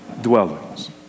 dwellings